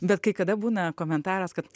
bet kai kada būna komentaras kad